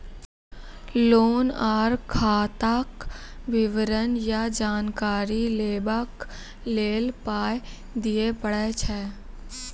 Loan आर खाताक विवरण या जानकारी लेबाक लेल पाय दिये पड़ै छै?